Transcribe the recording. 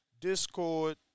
Discord